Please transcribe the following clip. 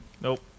Nope